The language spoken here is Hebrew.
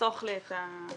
תחסוך לי את ההמתנה